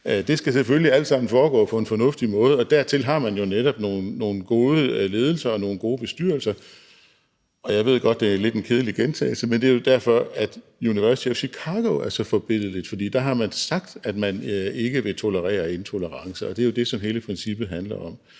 Det skal selvfølgelig alt sammen foregå på en fornuftig måde, og dertil har man jo netop nogle gode ledelser og nogle gode bestyrelser, og jeg ved godt, at det lidt er en kedelig gentagelse, men det er jo derfor, at University of Chicago er så forbilledligt. For der har man sagt, at man ikke vil tolerere intolerance, og det er jo det, som hele princippet handler om,